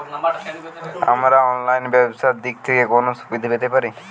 আমরা অনলাইনে ব্যবসার দিক থেকে কোন সুবিধা পেতে পারি?